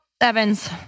Evans